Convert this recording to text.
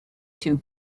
two